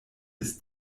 des